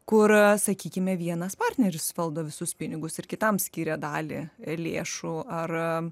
kur sakykime vienas partneris valdo visus pinigus ir kitam skiria dalį lėšų ar